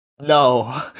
No